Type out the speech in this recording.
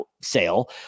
sale